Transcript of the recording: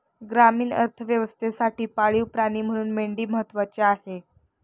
ग्रामीण अर्थव्यवस्थेसाठी पाळीव प्राणी म्हणून मेंढी महत्त्वाची आहे